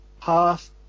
half